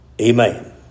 Amen